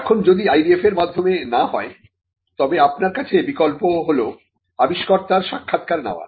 এখন যদি IDF এর মাধ্যমে না হয় তবে আপনার কাছে বিকল্প হল আবিষ্কর্তার সাক্ষাৎকার নেওয়া